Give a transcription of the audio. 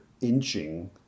inching